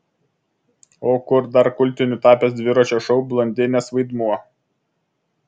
o kur dar kultiniu tapęs dviračio šou blondinės vaidmuo